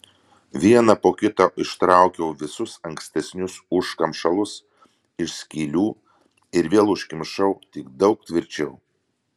vieną po kito ištraukiau visus ankstesnius užkamšalus iš skylių ir vėl užkamšiau tik daug tvirčiau